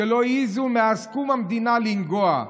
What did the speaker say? ולא העזו מאז קום המדינה לנגוע.